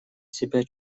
себя